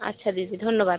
আচ্ছা দিদি ধন্যবাদ